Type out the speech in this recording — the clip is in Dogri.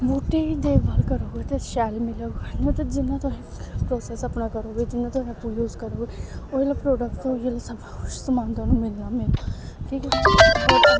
बूह्टे गी देखभाल करोग ते शैल मिलग नेईं ते जिन्ना तुस प्रोसेस अपना करोगे जिन्ना तुस आपूं यूज़ करोगे ओह् जेल्लै प्रौडैक्ट ओह् सब कुछ समान थुआनूं मिलना गै मिलना ठीक ऐ